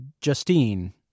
Justine